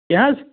کیٛاہ حظ